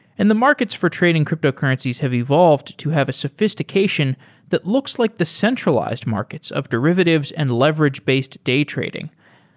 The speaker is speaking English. and the markets for trading cryptocurrencies have evolved to have a sophistication that looks like the centralized markets of derivatives and leverage-based day trading.